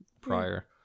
prior